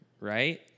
right